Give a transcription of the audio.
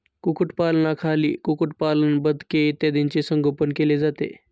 कुक्कुटपालनाखाली कुक्कुटपालन, बदके इत्यादींचे संगोपन केले जाते